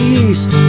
east